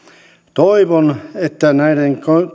toivon että näiden